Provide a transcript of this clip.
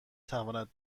تواند